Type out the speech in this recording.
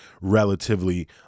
relatively